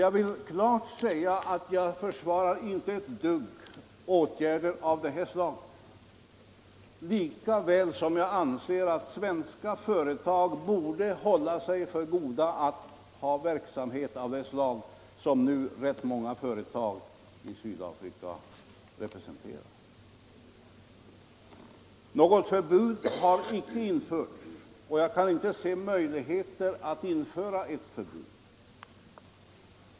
Jag kan således klart säga ifrån att jag inte på något sätt försvarar åtgärder av detta slag, och jag anser att svenska företag borde hålla sig för goda att bedriva en verksamhet av det slag som nu existerar i Sydafrika. Något förbud för våra företag att ha förbindelse med Sydafrika har inte införts, och jag kan inte se att det finns någon möjlighet att införa ett sådant.